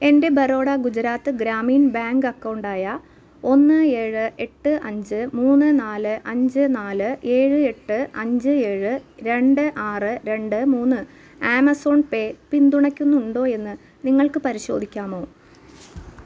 എന്റെ Baroda Gujarat Gramin bank account ആയ ഒന്ന് ഏഴ് എട്ട് അഞ്ച് മൂന്ന് നാല് അഞ്ച് നാല് ഏഴ് എട്ട് അഞ്ച് ഏഴ് രണ്ട് ആറ് രണ്ട് മൂന്ന് ആമസോൺ പേ പിന്തുണയ്ക്കുന്നുണ്ടോ എന്ന് നിങ്ങൾക്ക് പരിശോധിക്കാമൊ